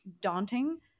daunting